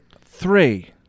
three